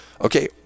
Okay